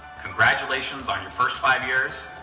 congratulations on your first five years,